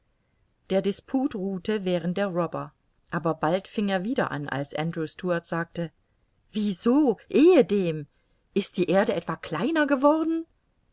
der disput ruhte während der robber aber bald fing er wieder an als andrew stuart sagte wie so ehedem ist die erde etwa kleiner geworden